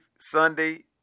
Sunday